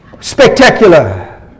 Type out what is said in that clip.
Spectacular